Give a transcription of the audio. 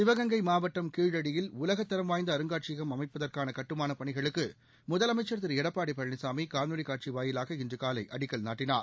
சிவகங்கை மாவட்டம் கீழடியில் உலகத்தரம் வாய்ந்த அருங்காட்சியகம் அமைப்பதற்கான கட்டுமான பணிகளுக்கு முதலமைச்சா் திரு எடப்பாடி பழனிசாமி காணொலி காட்சி வாயிலாக இன்று காலை அடிக்கல் நாட்டினார்